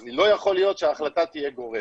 אז לא יכול להיות שההחלטה תהיה גורפת.